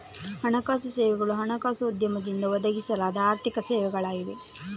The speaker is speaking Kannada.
ಹಣಕಾಸು ಸೇವೆಗಳು ಹಣಕಾಸು ಉದ್ಯಮದಿಂದ ಒದಗಿಸಲಾದ ಆರ್ಥಿಕ ಸೇವೆಗಳಾಗಿವೆ